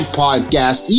podcast